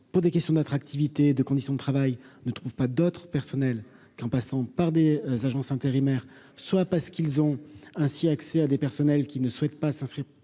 pour des questions d'attractivité, de conditions de travail ne trouvent pas d'autres personnels qu'en passant par des agences intérimaires, soit parce qu'ils ont ainsi accès à des personnels qui ne souhaite pas s'inscrire